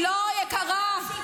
לא, יקרה.